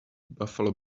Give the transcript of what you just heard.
buffalo